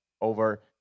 over